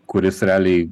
kuris realiai